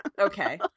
Okay